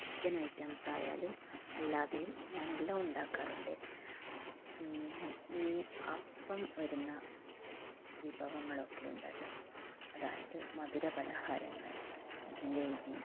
chicken items ആയാലും അല്ലാതെയും ഞാൻ എല്ലാം ഉണ്ടാക്കാറുണ്ട് പിന്നെ ഈ അപ്പം വരുന്ന വിഭവങ്ങളൊക്കെയുണ്ടല്ലോ അതായത് മധുരപലഹാരങ്ങൾ ജിലേബി